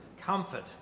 comfort